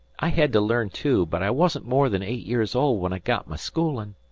i hed to learn too, but i wasn't more than eight years old when i got my schoolin'.